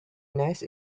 nice